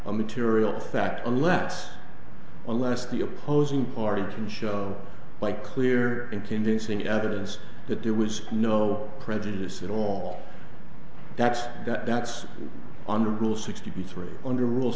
a material fact unless unless the opposing party can show by clear and convincing evidence that there was no prejudice at all that's that's on the rule sixty three under rule